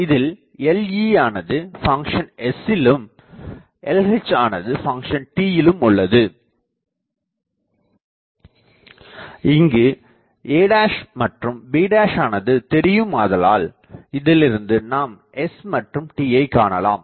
இதில் Le யானது function s சிலும் Lhஆனது ஃபங்ஷன் tயிலும் உள்ளது இங்கு a மற்றும் b ஆனது தெரியுமாதலால் இதிலிருந்து நாம் s மற்றும் tயை காணலாம்